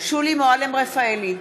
שולי מועלם-רפאלי,